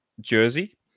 jersey